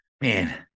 man